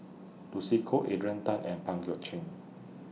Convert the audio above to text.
Lucy Koh Adrian Tan and Pang Guek Cheng